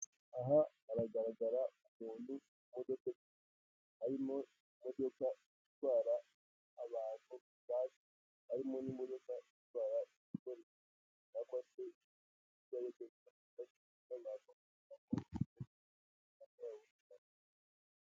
Aha hagaragara ku muntu, modoka harimo imodoka itwara abantu baz harimo n'i itwara ikigori cyangwa sefashwa na kugirawu.